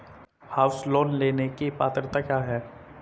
House loan लेने की पात्रता क्या है?